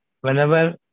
Whenever